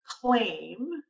claim